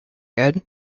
good